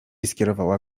skierowała